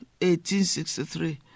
1863